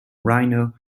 rhino